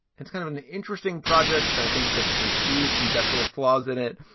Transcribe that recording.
it's kind of an interesting project that i think is of some huge conceptual flaws in it.